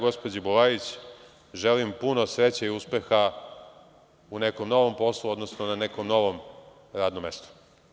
Gospođi Bulajić želim puno sreće i uspeha u nekom novom poslu, odnosno na nekom novom radnom mestu.